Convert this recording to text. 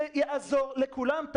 זה יעזור לכולם,